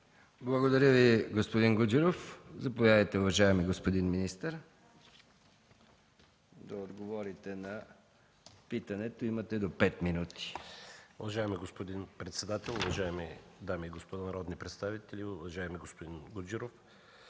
Благодаря Ви, господин Гуджеров. Заповядайте, уважаеми господин министър, да отговорите на питането. МИНИСТЪР ДИМИТЪР ГРЕКОВ: Уважаеми господин председател, уважаеми дами и господа народни представители, уважаеми господин Гуджеров!